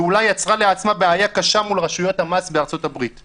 ואולי יצרה לעצמה בעיה קשה מול רשויות המס בארצות-הברית .